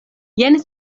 jen